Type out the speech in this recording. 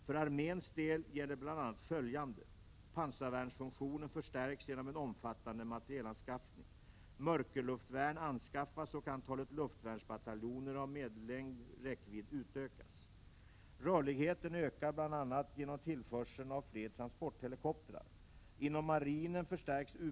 För arméns del gäller bl.a. följande: Pansarvärnsfunktionen förstärks genom en omfattande materielanskaffning. Rörligheten ökar, bl.a. genom tillförsel av flera transporthelikoptrar.